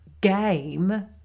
game